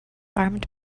armed